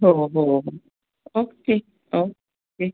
हो हो हो ओके ओके